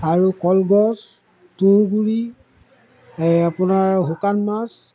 আৰু কলগছ তুঁহগুৰি আপোনাৰ শুকান মাছ